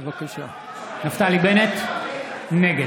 (קורא בשם חבר הכנסת)